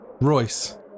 royce